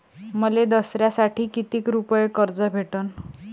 मले दसऱ्यासाठी कितीक रुपये कर्ज भेटन?